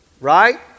right